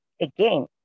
Again